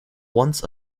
once